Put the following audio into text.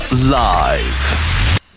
live